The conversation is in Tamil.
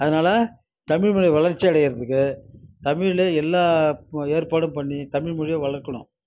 அதனால தமிழ் மொழி வளர்ச்சி அடையறதுக்கு தமிழ் எல்லாம் ஏற்பாடும் பண்ணி தமிழ் மொழியை வளர்க்கணும்